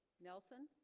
nelson